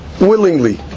willingly